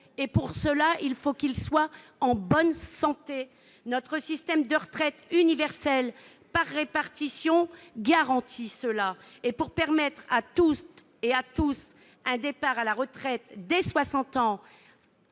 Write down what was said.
et pour cela il faut qu'ils soient en bonne santé. Notre système de retraite universel par répartition garantit cela. Pour permettre à toutes et tous un départ à la retraite dès 60 ans,